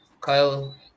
Kyle